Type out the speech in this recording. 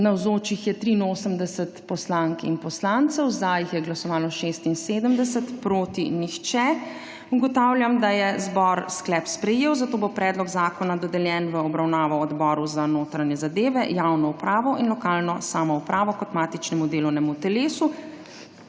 za jih je glasovalo 76, proti nihče. (Za je glasovalo 76.) (Proti nihče.) Ugotavljam, da je sklep sprejet, zato bo predlog zakona dodeljen v obravnavo Odboru za notranje zadeve, javno upravo in lokalno samoupravo kot matičnemu delovnemu telesu.